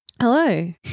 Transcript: Hello